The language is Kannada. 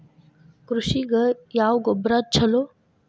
ಕೃಷಿಗ ಯಾವ ಗೊಬ್ರಾ ಛಲೋ?